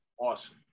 Awesome